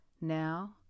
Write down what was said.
now